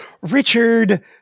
Richard